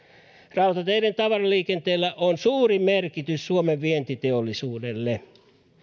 rautateiden tavaraliikenteellä on suuri merkitys suomen vientiteollisuudelle